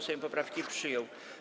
Sejm poprawki przyjął.